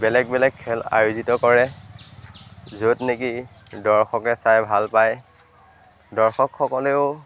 বেলেগ বেলেগ খেল আয়োজিত কৰে য'ত নেকি দৰ্শকে চাই ভাল পায় দৰ্শকসকলেও